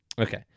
Okay